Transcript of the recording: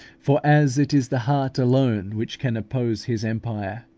for as it is the heart alone which can oppose his empire,